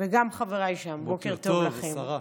וגם לחבריי שם, בוקר טוב לכם.